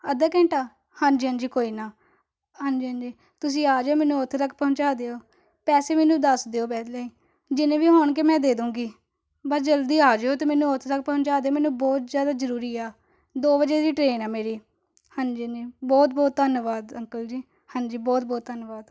ਅੱਧਾ ਘੰਟਾ ਹਾਂਜੀ ਹਾਂਜੀ ਕੋਈ ਨਾ ਹਾਂਜੀ ਹਾਂਜੀ ਤੁਸੀਂ ਆ ਜਾਇਓ ਮੈਨੂੰ ਉੱਥੇ ਤੱਕ ਪਹੁੰਚਾ ਦਿਓ ਪੈਸੇ ਮੈਨੂੰ ਦੱਸ ਦਿਓ ਪਹਿਲਾਂ ਹੀ ਜਿੰਨੇ ਵੀ ਹੋਣਗੇ ਮੈਂ ਦੇ ਦੂੰਦੂਗੀ ਬਸ ਜਲਦੀ ਆ ਜਾਇਓ ਅਤੇ ਮੈਨੂੰ ਉੱਥੇ ਤੱਕ ਪਹੁੰਚਾ ਦਿਓ ਮੈਨੂੰ ਬਹੁਤ ਜ਼ਿਆਦਾ ਜ਼ਰੂਰੀ ਆ ਦੋ ਵਜੇ ਦੀ ਟ੍ਰੇਨ ਆ ਮੇਰੀ ਹਾਂਜੀ ਹਾਂਜੀ ਬਹੁਤ ਬਹੁਤ ਧੰਨਵਾਦ ਅੰਕਲ ਜੀ ਹਾਂਜੀ ਬਹੁਤ ਬਹੁਤ ਧੰਨਵਾਦ